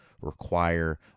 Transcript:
require